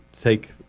take